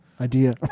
idea